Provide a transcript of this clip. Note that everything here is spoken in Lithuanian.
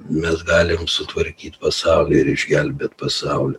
mes galim sutvarkyt pasaulį ir išgelbėt pasaulį